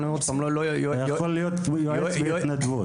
אתה יכול להיות יועץ בהתנדבות.